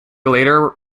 later